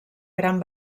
gran